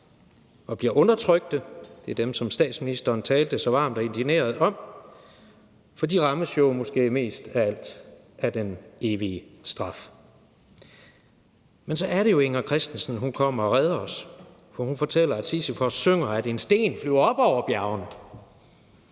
og bliver undertrykt. Det er dem, som statsministeren talte så varmt og indigneret om. For de rammes jo måske mest af alt af den evige straf. Men så er det jo, at Inger Christensen kommer og redder os, for hun fortæller, at Sisyfos synger, at en sten flyver op over bjergene.